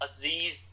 Aziz